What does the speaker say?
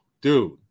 dude